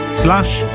slash